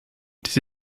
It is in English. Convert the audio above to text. this